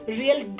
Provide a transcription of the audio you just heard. real